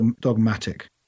dogmatic